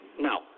Now